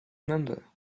member